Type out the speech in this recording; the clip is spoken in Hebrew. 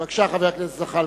בבקשה, חבר הכנסת זחאלקה,